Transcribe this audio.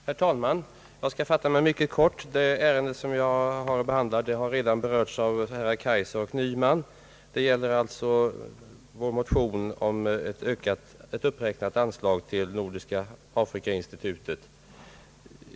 Herr talman! Jag skall fatta mig mycket kort. Det ärende jag har att behandla har redan berörts av herrar Kaijser och Nyman. Det gäller vår motion om uppräknat anslag till Nordiska afrikainstitutet.